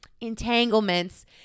entanglements